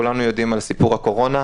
כולנו יודעים על סיפור הקורונה,